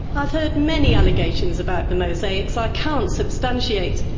i've heard many allegations about the mosaics i can't substantiate.